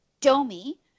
domi